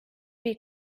bir